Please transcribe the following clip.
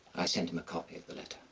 i sent him a copy of the letter.